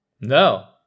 No